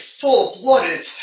full-blooded